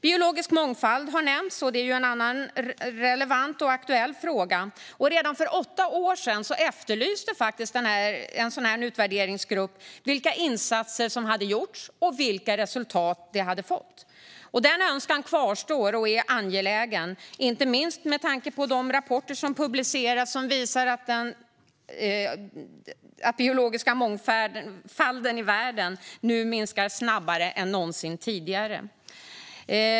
Biologisk mångfald har nämnts, och det är också ett relevant och aktuellt område. Redan för åtta år sedan efterlyste utvärderingsgruppen vilka insatser som hade gjorts och vilka resultat det hade fått. Denna efterlysning kvarstår och är angelägen, inte minst med tanke på de rapporter som publicerats och visar att den biologiska mångfalden i världen minskar snabbare än någonsin tidigare.